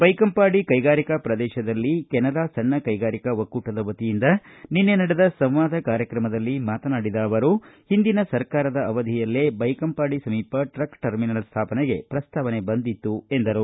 ಬೈಕಂಪಾಡಿ ಕೈಗಾರಿಕಾ ಪ್ರದೇಶದಲ್ಲಿ ಕೆನರಾ ಸಣ್ಣ ಕೈಗಾರಿಕಾ ಒಕ್ಕೂಟದ ವತಿಯಿಂದ ನಿನ್ನೆ ನಡೆದ ಸಂವಾದ ಕಾರ್ಯಕ್ರಮದಲ್ಲಿ ಮಾತನಾಡಿದ ಅವರು ಹಿಂದಿನ ಸರಕಾರದ ಅವಧಿಯಲ್ಲೇ ದೈಕಂಪಾಡಿ ಸಮೀಪ ಟ್ರಕ್ ಟರ್ಮಿನಲ್ ಸ್ಟಾಪನೆಗೆ ಪ್ರಸ್ತಾವನೆ ಬಂದಿದೆ ಎಂದರು